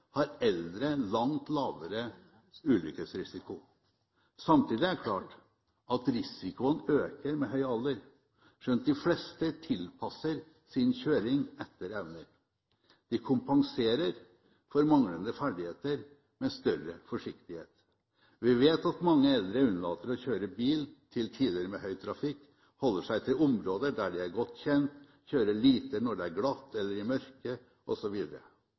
har eldre langt lavere ulykkesrisiko. Samtidig er det klart at risikoen øker med høy alder, skjønt de fleste tilpasser sin kjøring etter evne. De kompenserer for manglende ferdigheter med større forsiktighet. Vi vet at mange eldre unnlater å kjøre bil på tidspunkt med høy trafikk, holder seg til områder der de er godt kjent, kjører lite når det er glatt eller i